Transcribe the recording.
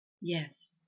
Yes